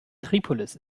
tripolis